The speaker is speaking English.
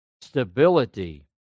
stability